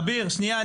אביר, שנייה.